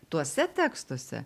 tuose tekstuose